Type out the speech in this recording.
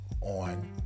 on